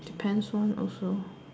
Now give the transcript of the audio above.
depends one also